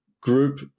group